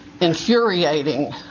infuriating